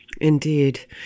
Indeed